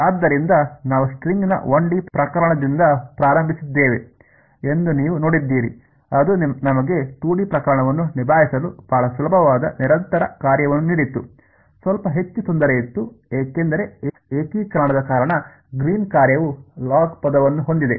ಆದ್ದರಿಂದ ನಾವು ಸ್ಟ್ರಿಂಗ್ನ 1 ಡಿ ಪ್ರಕರಣದಿಂದ ಪ್ರಾರಂಭಿಸಿದ್ದೇವೆ ಎಂದು ನೀವು ನೋಡಿದ್ದೀರಿ ಅದು ನಮಗೆ 2 ಡಿ ಪ್ರಕರಣವನ್ನು ನಿಭಾಯಿಸಲು ಬಹಳ ಸುಲಭವಾದ ನಿರಂತರ ಕಾರ್ಯವನ್ನು ನೀಡಿತು ಸ್ವಲ್ಪ ಹೆಚ್ಚು ತೊಂದರೆ ಇತ್ತು ಏಕೆಂದರೆ ಏಕೀಕರಣದ ಕಾರಣ ಗ್ರೀನ್ನ ಕಾರ್ಯವು ಲಾಗ್ ಪದವನ್ನು ಹೊಂದಿದೆ